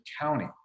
county